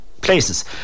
places